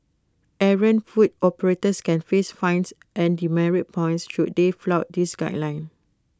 errant food operators can face fines and demerit points should they flout these guidelines